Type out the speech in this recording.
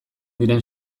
diren